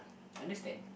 understand